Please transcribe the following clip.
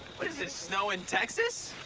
what is this? snow in texas?